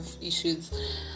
issues